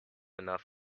enough